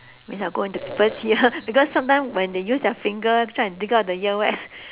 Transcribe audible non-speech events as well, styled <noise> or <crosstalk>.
means I'll go into people's ear <laughs> because sometimes when they use their finger to try and dig out the earwax